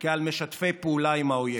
כעל משתפי פעולה עם האויב.